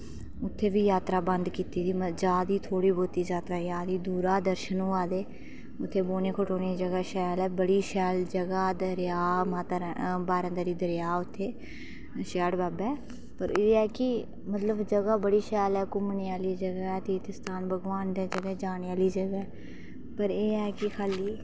ते उत्थें बी जात्तरा बंद कीती दी जा दी थोह्ड़ी थोह्ड़ी बहुत जात्तरा जा दी ते मेरे दर्शन होआ दे उत्थै बौह्ने खड़ोने दी बड़ी शैल ऐ जगह ते दरेआ ते बड़ा बड्डा दरेआ उत्थें स्याढ़ बाबे पर उत्थें एह् ऐ कि ते मतलब जगह बड़ी शैल ऐ घुम्मनै आह्ली जगह ते भगवान दे अग्गें जाने आह्ली जगह ऐ पर एह् ऐ की खाल्ली